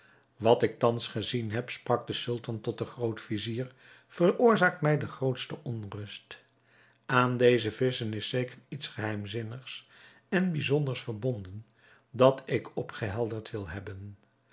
wat ik thans gezien heb sprak de sultan tot den groot-vizier veroorzaakt mij de grootste onrust aan deze visschen is zeker iets geheimzinnigs en bijzonders verbonden dat ik opgehelderd wil hebben